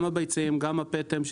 גם הביצים, גם הפטם.